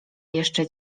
jeszcze